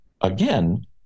again